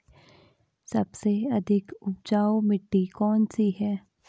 सबसे अधिक उपजाऊ मिट्टी कौन सी है?